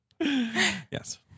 Yes